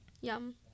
yum